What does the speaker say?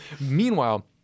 Meanwhile